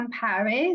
Paris